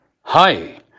Hi